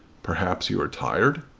perhaps you are tired?